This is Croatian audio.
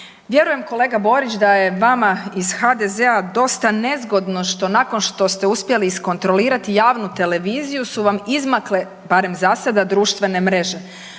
Vjerujem kolega Borić da je vama iz HDZ-a dosta nezgodno što nakon što ste uspjeli iskontrolirati javnu televiziju su vam izmakle, barem za sada, društvene mreže.